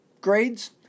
grades